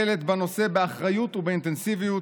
הממשלה היום פועלת בנושא באחריות ובאינטנסיביות.